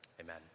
Amen